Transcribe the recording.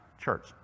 church